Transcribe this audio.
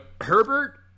Herbert